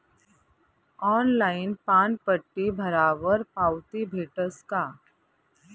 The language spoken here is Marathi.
ऑनलाईन पानपट्टी भरावर पावती भेटस का?